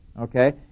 Okay